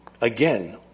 again